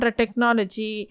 technology